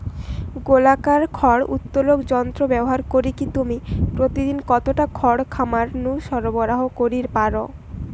গোলাকার খড় উত্তোলক যন্ত্র ব্যবহার করিকি তুমি প্রতিদিন কতটা খড় খামার নু সরবরাহ করি পার?